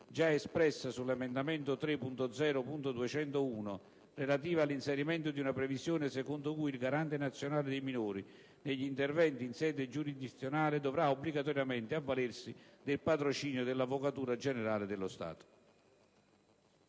già espressa sull'emendamento 3.0.201, relativa all'inserimento di una previsione secondo cui il Garante nazionale dei minori, negli interventi in sede giurisdizionale dovrà obbligatoriamente avvalersi del patrocinio dell'Avvocatura generale dello Stato».